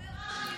אומר רש"י,